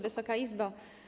Wysoka Izbo!